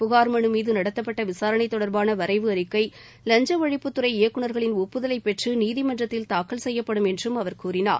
புகார் மனு மீது நடத்தப்பட்ட விசாரணை தொடர்பான வரைவு அறிக்கை லஞ்ச ஒழிப்புத்துறை இயக்குனர்களின் ஒப்புதலை பெற்று நீதிமன்றத்தில் தாக்கல் செய்யப்படும் என்றும் அவர் கூறினார்